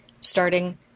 starting